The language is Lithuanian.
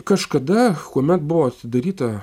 kažkada kuomet buvo sudaryta